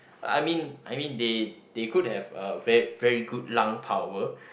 I mean I mean they they could have uh ver~ very good lung power